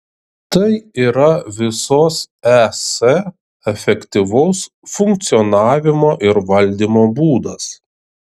tai yra visos es efektyvaus funkcionavimo ir valdymo būdas